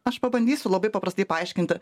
aš pabandysiu labai paprastai paaiškinti